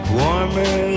warmer